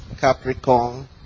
Capricorn